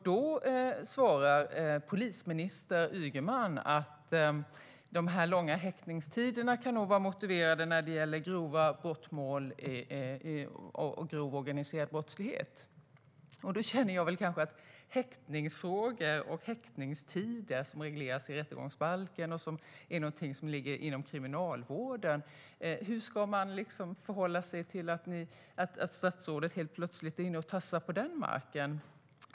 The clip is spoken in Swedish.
Då svarade polisminister Ygeman att de långa häktningstiderna nog kan vara motiverade när det gäller grova brott och grov organiserad brottslighet. Häktningsfrågor och häktningstider regleras i rättegångsbalken och ligger inom kriminalvården. Hur ska man förhålla sig till att statsrådet helt plötsligt tassar på den marken?